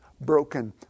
broken